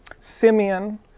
Simeon